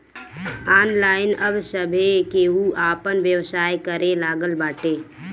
online अब सभे केहू आपन व्यवसाय करे लागल बाटे